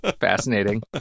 fascinating